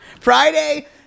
Friday